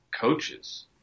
coaches